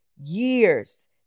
years